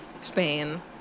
spain